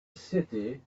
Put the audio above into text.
city